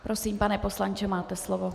Prosím, pane poslanče, máte slovo.